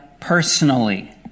personally